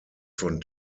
von